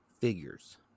figures